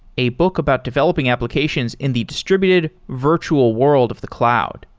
a book about developing applications in the distributed virtual world of the cloud.